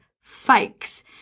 fakes